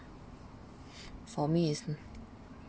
for me isn't